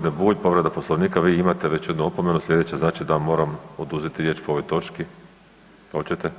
g. Bulj, povreda Poslovnika, vi imate već jednu opomenu, slijedeća znači da moram oduzeti riječ po ovoj točki, oćete?